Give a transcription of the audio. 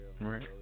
Right